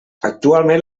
actualment